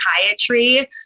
psychiatry